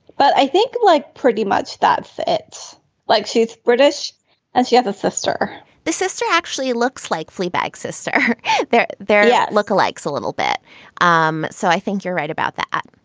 but i think like pretty much that it's like she's british and she has a sister the sister actually looks like fleabag sister they're there yet look alikes a little bit um so i think you're right about that